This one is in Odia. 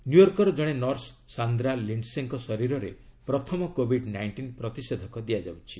ନ୍ୟୁୟର୍କର ଜଣେ ନର୍ସ ସାନ୍ଦ୍ରା ଲିଣ୍ଟ୍ସେଙ୍କ ଶରୀରରେ ପ୍ରଥମ କୋବିଡ ନାଇଷ୍ଟିନ୍ ପ୍ରତିଷେଧକ ଦିଆଯାଇଛି